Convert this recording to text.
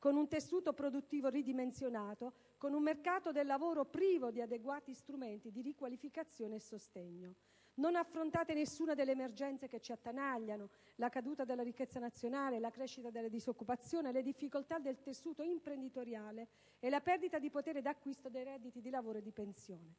con un tessuto produttivo ridimensionato, con un mercato del lavoro privo di adeguati strumenti di riqualificazione e sostegno. Non affrontate nessuna delle emergenze che ci attanagliano: la caduta della ricchezza nazionale, la crescita della disoccupazione, le difficoltà del tessuto imprenditoriale e la perdita di potere d'acquisto dei redditi di lavoro e di pensione.